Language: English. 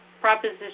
Proposition